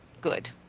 Good